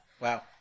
Wow